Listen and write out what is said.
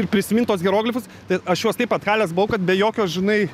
ir prisimint tuos hieroglifus tai aš juos taip atkalęs buvau kad be jokio žinai